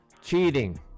cheating